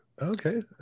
okay